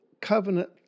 Covenant